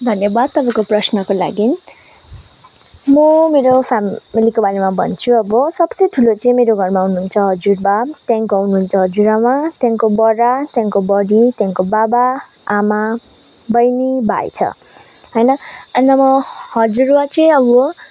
धन्यवाद तपाईँको प्रश्नको लागि म मेरो फ्यामिलीको बारेमा भन्छु अब सबसे ठुलो चाहिँ मेरो घरमा हुनुहुन्छ हजुरबा त्यहाँदेखिको हुनुहुन्छ हजुरआमा त्यहाँदेखिको बडा त्यहाँदेखिको बडी त्यहाँदेखिको बाबा आमा बहिनी भाइ छ होइन अन्त म हजुरबा चाहिँ अब